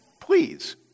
Please